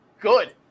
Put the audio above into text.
good